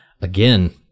again